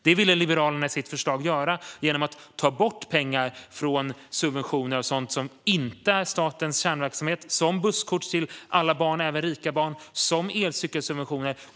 Det ville Liberalerna i sitt förslag göra genom att ta bort pengar från subventioner av sådant som inte är statens kärnverksamhet, till exempel busskort även till rikas barn och elcykelsubventioner.